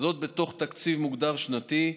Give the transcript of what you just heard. זאת בתוך תקציב מוגדר שנתי,